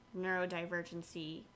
neurodivergency